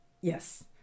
yes